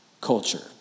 culture